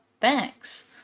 thanks